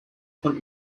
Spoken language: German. von